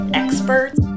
experts